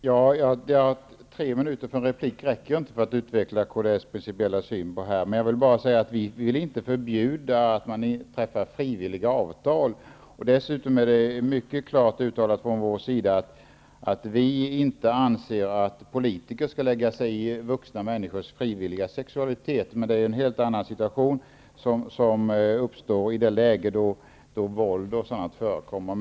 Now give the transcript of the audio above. Fru talman! Tre minuter i en replik räcker inte för att utveckla Kds principiella syn på detta. Vi vill inte förbjuda att man träffar frivilliga avtal. Dessutom är det mycket klart uttalat från vår sida, att vi inte anser att politiker skall lägga sig i vuxna människors frivilliga sexualitet. En helt annan situation uppstår i det läge då våld och liknande förekommer.